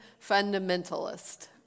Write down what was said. Fundamentalist